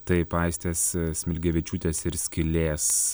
taip aistės smilgevičiūtės ir skylės